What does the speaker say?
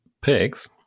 pigs